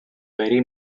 very